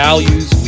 values